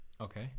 Okay